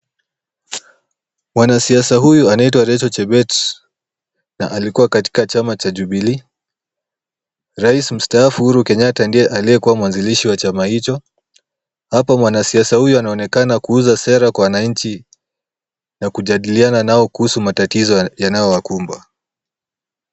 Mwanasiasa huyu anaitwa Rechael Shebesh na alikuwa katika chama cha Jubilee. Rais mstaafu Uhuru Kenyatta ndiye akiyekuwa mwanzilishi wa chama hicho. Hapa mwanasiasa huyu anaonekana kuuza sera kwa wananchi na kujadiliana nao kuhusu matatizo ya yanayowakumba.